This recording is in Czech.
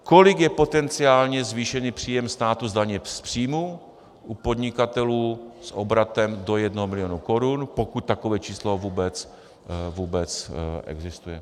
Kolik je potenciálně zvýšený příjem státu z daně z příjmů u podnikatelů s obratem do jednoho milionu korun, pokud takové číslo vůbec existuje?